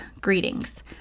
Greetings